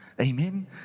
Amen